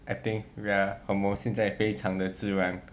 I think we're 我们现在非常的自然